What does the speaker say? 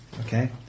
Okay